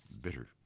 bitter